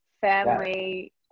family